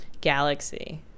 galaxy